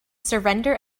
surrender